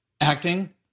acting